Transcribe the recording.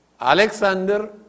Alexander